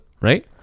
right